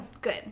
Good